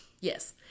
Yes